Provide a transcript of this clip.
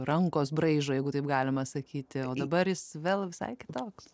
rankos braižo jeigu taip galima sakyti o dabar jis vėl visai kitoks